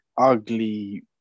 ugly